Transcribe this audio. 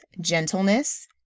gentleness